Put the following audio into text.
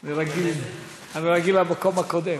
אני רגיל למקום הקודם,